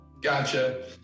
Gotcha